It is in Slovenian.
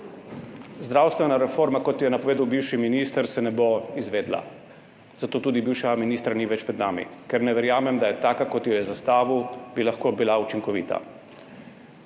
Zdravstvena reforma, kot jo je napovedal bivši minister, se ne bo izvedla. Zato tudi bivšega ministra ni več med nami. Ker ne verjamem, da bi taka, kot jo je zastavil, lahko bila učinkovita.